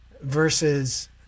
versus